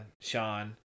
Sean